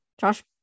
Josh